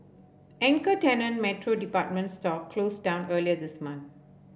anchor tenant Metro department store closed down earlier this month